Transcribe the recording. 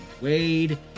Wade